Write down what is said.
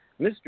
Mr